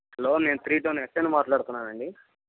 hello నేను three town S ఐని మాట్లాడుతున్నానండి